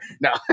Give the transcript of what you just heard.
no